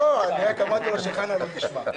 לא, אני רק אמרתי לו: שחנה לא תשמע.